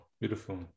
beautiful